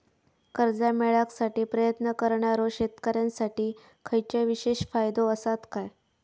कर्जा मेळाकसाठी प्रयत्न करणारो शेतकऱ्यांसाठी खयच्या विशेष फायदो असात काय?